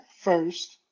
first